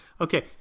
Okay